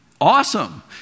Awesome